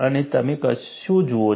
અને તમે શું જુઓ છો